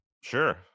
sure